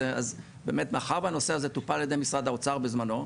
אז מאחר והנושא הזה טופל על ידי משרד האוצר בזמנו,